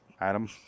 Adam